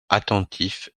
attentifs